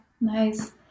nice